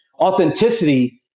authenticity